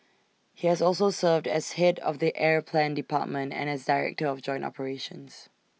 he has also served as Head of the air plan department and as desire to of joint operations